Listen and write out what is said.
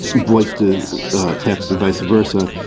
voice to text and vice versa.